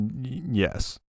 Yes